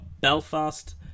Belfast